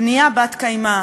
בנייה בת-קיימא,